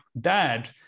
dad